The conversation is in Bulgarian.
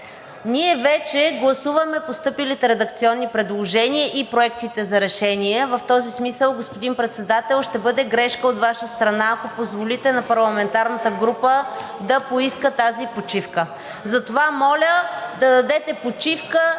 Ние вече гласуваме постъпилите редакционни предложения и проектите за решения. В този смисъл, господин Председател, ще бъде грешка от Ваша страна, ако позволите на парламентарната група да поиска тази почивка. Затова моля да дадете почивка